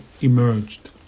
emerged